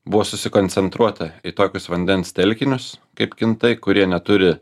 buvo susikoncentruota į tokius vandens telkinius kaip kintai kurie neturi